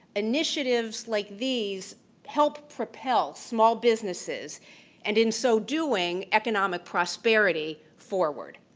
initiatives like these help propel small businesses and in so doing, economic prosperity forward.